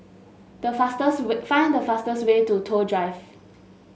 the fastest way find the fastest way to Toh Drive